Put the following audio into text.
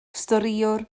storïwr